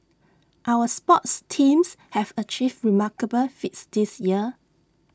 our sports teams have achieved remarkable feats this year